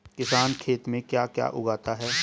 किसान खेत में क्या क्या उगाता है?